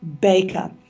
baker